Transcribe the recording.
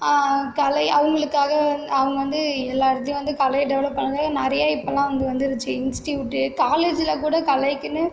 கலை அவங்களுக்காக அவங்க வந்து எல்லா இடத்தையும் வந்து கலையை டெவலப் பண்ணுறதுக்காக நிறைய இப்போல்லாம் வந்து வந்துருச்சு இன்ஸ்ட்டியூட்டு காலேஜில் கூட கலைக்குன்னு